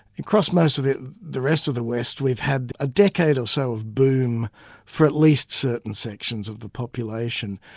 across most of the the rest of the west, we've had a decade or so of boom for at least certain sections of the population,